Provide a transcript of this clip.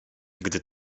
gdy